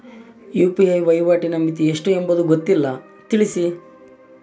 UPI ವಹಿವಾಟಿನ ಮಿತಿ ಎಷ್ಟು ಎಂಬುದು ಗೊತ್ತಿಲ್ಲ? ತಿಳಿಸಿ?